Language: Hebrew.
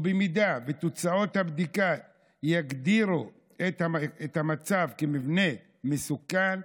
ואם תוצאות הבדיקה יגדירו את המצב כמבנה מסוכן,